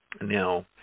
Now